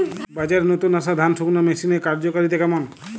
বাজারে নতুন আসা ধান শুকনোর মেশিনের কার্যকারিতা কেমন?